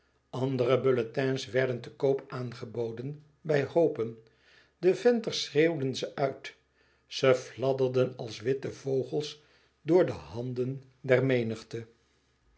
andere bulletins werden te koop aangeboden bij hoopen de venters schreeuwden ze uit ze fladderden als witte vogels door de handen der menigte